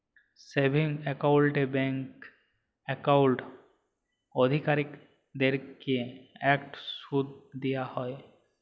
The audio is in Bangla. সেভিংস একাউল্টে ব্যাংক একাউল্ট অধিকারীদেরকে ইকট সুদ দিয়া হ্যয়